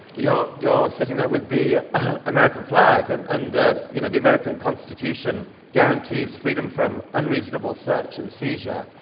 you're you're sitting there with the american flag, and and you know the american constitution guarantees freedom from unreasonable search and seizure.